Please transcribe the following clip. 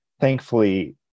thankfully